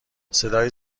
صدای